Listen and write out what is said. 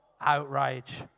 Outrage